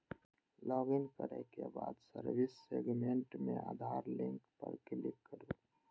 login करै के बाद सर्विस सेगमेंट मे आधार लिंक पर क्लिक करू